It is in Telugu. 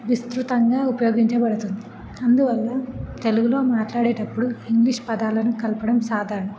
విస్తృతంగా ఉపయోగించబడుతుంది అందువల్ల తెలుగులో మాట్లాడేటప్పుడు ఇంగ్లీష్ పదాలను కలపడం సాధారణం